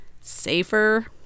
safer